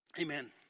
Amen